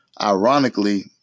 ironically